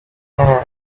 and